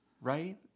right